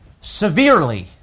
severely